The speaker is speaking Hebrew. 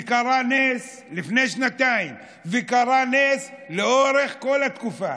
וקרה נס לפני שנתיים, וקרה נס לאורך כל התקופה.